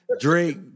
Drake